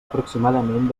aproximadament